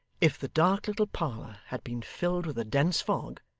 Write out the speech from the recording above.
if the dark little parlour had been filled with a dense fog,